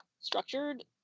structured